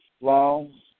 long